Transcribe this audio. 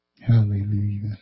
hallelujah